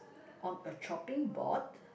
on a chopping board